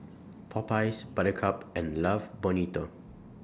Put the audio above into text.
Popeyes Buttercup and Love Bonito